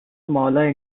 smaller